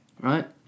Right